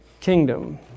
kingdom